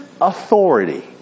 authority